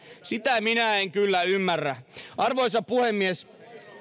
sitä minä en kyllä ymmärrä arvoisa puhemies